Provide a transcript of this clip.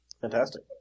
Fantastic